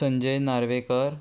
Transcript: Sanjay Narvekar